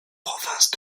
provinces